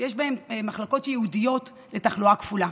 מחלקות ייעודיות לתחלואה כפולה.